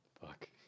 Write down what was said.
fuck